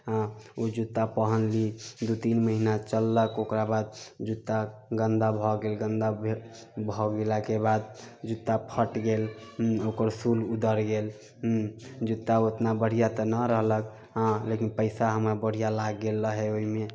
हँ ओ जुत्ता पहनली दू तीन महिना चललक ओकराबाद जुत्ता गन्दा भऽ गेल गन्दा भऽ गेलाके बाद जुत्ता फटि गेल ओकर सोल ओदड़ि गेल जुत्ता ओतना बढ़िआँ तऽ नहि रहलक हँ लेकिन पइसा हमरा बढ़िआँ लागि गेल रहै ओहिमे